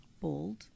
bold